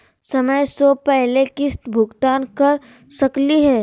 समय स पहले किस्त भुगतान कर सकली हे?